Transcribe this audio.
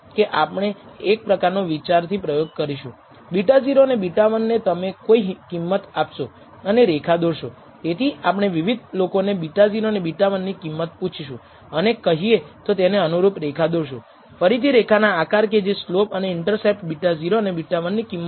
તેથી લાલ રેખા શ્રેષ્ઠ t નું પ્રતિનિધિત્વ કરે છે જ્યારે આપણે β1 સ્લોપને અવગણીએ છીએ જ્યારે આપણે સ્લોપ પરિમાણ β1 શામેલ કરીએ ત્યારે ભૂરી રેખા ડેટાની શ્રેષ્ઠ t રજૂ કરે છે